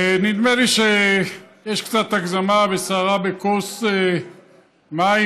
נדמה לי שיש קצת הגזמה וסערה בכוס מים,